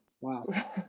Wow